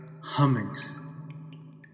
Humming